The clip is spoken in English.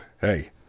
Hey